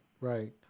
right